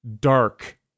dark